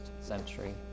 century